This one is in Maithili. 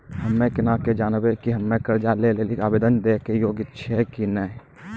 हम्मे केना के जानबै कि हम्मे कर्जा लै लेली आवेदन दै के योग्य छियै कि नै?